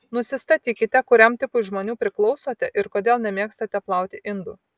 nusistatykite kuriam tipui žmonių priklausote ir kodėl nemėgstate plauti indų